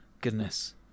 goodness